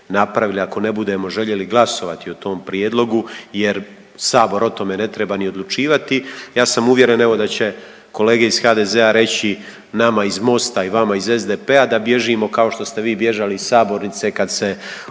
napravili ako ne budemo željeli glasovati o tom prijedlogu, jer Sabor o tome ne treba niti odlučivati. Ja sam uvjeren evo da će kolege iz HDZ-a reći nama iz Mosta i vama iz SDP-a da bježimo kao što ste vi bježali iz sabornice kada se odlučivalo